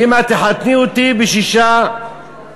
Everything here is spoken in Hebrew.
אימא, תחתני אותי בשש פרוטות,